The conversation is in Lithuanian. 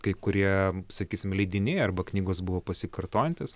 kai kurie sakysim leidiniai arba knygos buvo pasikartojantys